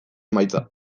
emaitza